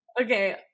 Okay